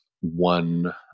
one